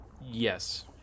Yes